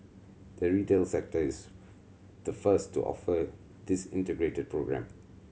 the retail sector is the first to offer this integrated programme